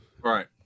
Right